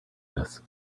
this